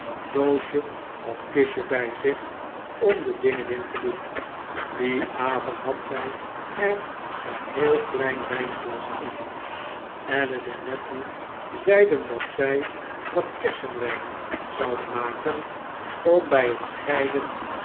doosje of kistje by zich om de dingen in te doen dien avond had zy er een heel klein wynglas in alice en nettie zeiden dat zy wat kersenyn zouden maken om by het scheiden